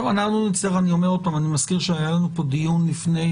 אני מזכיר שהיה לנו פה דיון לפני